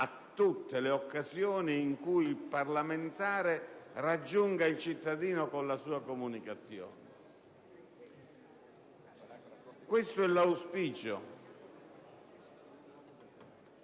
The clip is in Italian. a tutte le occasioni in cui il parlamentare raggiunga il cittadino con la sua comunicazione: questo è l'auspicio.